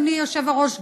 אדוני היושב-ראש,